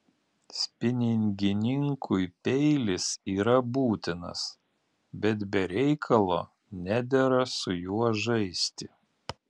spiningininkui peilis yra būtinas bet be reikalo nedera su juo žaisti